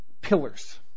pillars